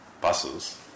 buses